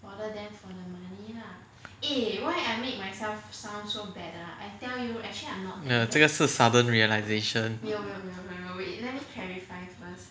没有这个是 sudden realisation